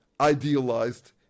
idealized